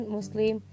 Muslim